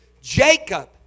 Jacob